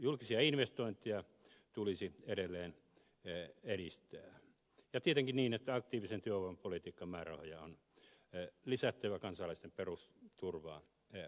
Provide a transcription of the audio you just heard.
julkisia investointeja tulisi edelleen edistää ja tietenkin niin että aktiivisen työvoimapolitiikan määrärahoja on lisättävä kansalaisten perusturvaa parannettava